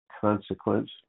consequence